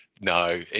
No